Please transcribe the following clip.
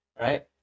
right